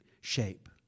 shape